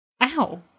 ow